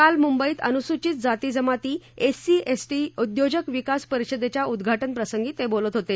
काल मुंबईत अनुसूचित जाती जमाती एससी एसटी उ ोजक विकास प रषदे या उ ाटन संगी ते बोलत होते